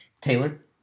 Taylor